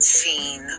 seen